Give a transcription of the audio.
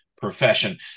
profession